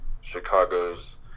Chicago's